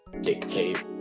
dictate